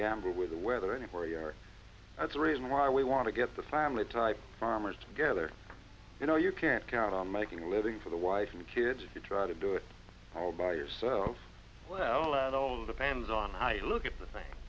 gamble with the weather any warrior that's the reason why we want to get the family type farmers together you know you can't count on making a living for the wife and kids if you try to do it all by yourself well and all depends on how you look at the